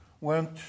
went